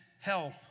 help